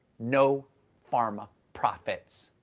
no pharma profit.